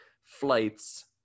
flights